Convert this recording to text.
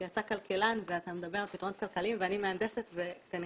כי אתה כלכלן ואתה מדבר על פתרון כלכלי ואני מהנדסת וכנראה